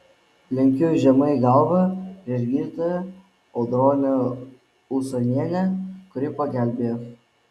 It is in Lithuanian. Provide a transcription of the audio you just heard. lenkiu žemai galvą prieš gydytoją audronę usonienę kuri pagelbėjo